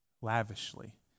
lavishly